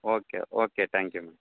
okay okay thank you madam